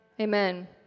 amen